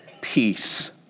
peace